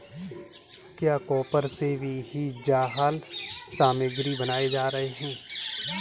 क्या कॉपर से भी जाल सामग्री बनाए जा रहे हैं?